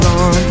on